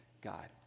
God